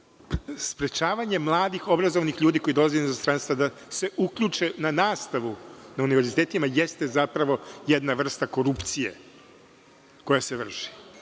sprečavanje mladih obrazovanih ljudi koji dolaze iz inostranstva da se uključe na nastavu na univerzitetima jeste zapravo jedna vrsta korupcije koja se vrši.